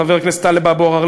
חבר הכנסת טלב אבו עראר,